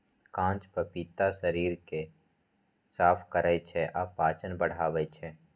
कांच पपीता शरीर कें साफ करै छै आ पाचन बढ़ाबै छै